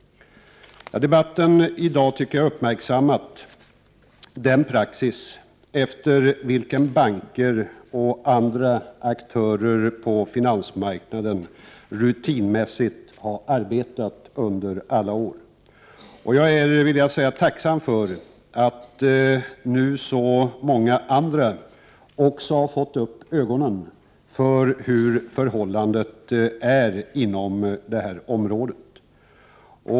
Jag tycker debatten i dag har uppmärksammat den praxis efter vilken banker och andra aktörer på finansmarknaden rutinmässigt har arbetat under alla år. Jag vill säga att jag är tacksam för att nu så många andra har fått upp ögonen för förhållandena på detta område.